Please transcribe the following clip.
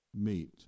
meet